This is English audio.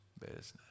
business